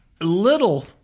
little